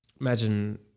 imagine